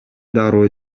дароо